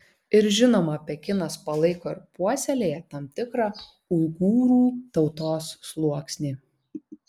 ir žinoma pekinas palaiko ir puoselėja tam tikrą uigūrų tautos sluoksnį